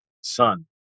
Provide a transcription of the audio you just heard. son